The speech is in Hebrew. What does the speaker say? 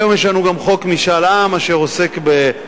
היום יש לנו גם חוק משאל עם שעוסק בחבלי